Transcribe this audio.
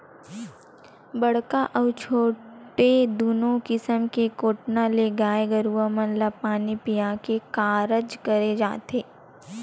बड़का अउ छोटे दूनो किसम के कोटना ले गाय गरुवा मन ल पानी पीया के कारज करे जाथे